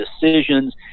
decisions